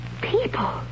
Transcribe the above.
people